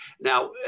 now